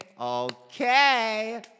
okay